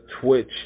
Twitch